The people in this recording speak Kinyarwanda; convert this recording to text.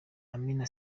amina